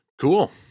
Cool